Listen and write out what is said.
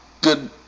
good